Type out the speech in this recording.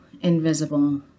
invisible